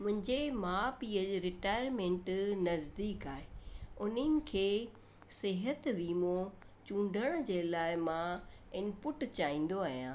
मुंहिंजे माउ पीउ जे रिटायरमेंट नज़दीक आहे उन्हनि खे सिहत वीमो चुंडण जे लाइ मां इनपुट चाहींदो आहियां